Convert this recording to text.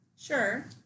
Sure